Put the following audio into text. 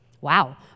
Wow